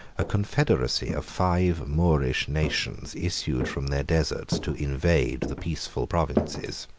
a confederacy of five moorish nations issued from their deserts to invade the peaceful provinces.